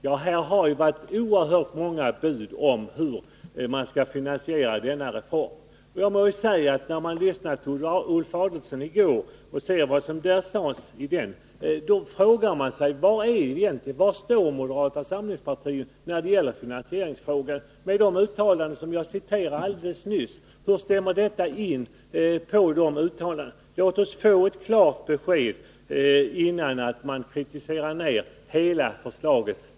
Ja, men här har det ju varit oerhört många bud om finansieringen av denna reform. Jag må säga att när jag i går lyssnade till vad Ulf Adelsohn sade och jämför det med de uttalanden som jag refererade alldeles nyss, kan man undra var moderata samlingspartiet står när det gäller att lösa finansieringsproblemet. Hur stämmer detta? Låt oss, innan ni kritiserar ner hela förslaget, få ett klart besked om hur ni tänker er finansieringen!